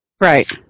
Right